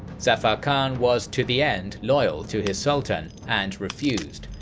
zafar khan was to the end loyal to his sultan, and refused,